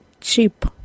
cheap